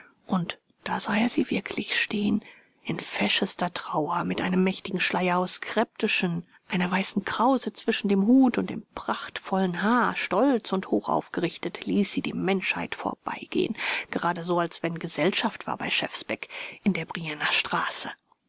und da sah er sie wirklich stehen in feschester trauer mit einem mächtigen schleier aus crpe de chine einer weißen krause zwischen dem hut und dem prachtvollen haar stolz und hochaufgerichtet ließ sie die menschheit vorbeigehen gerade so als wenn gesellschaft war bei schefbecks in der briennerstraße